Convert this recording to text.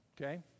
okay